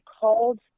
called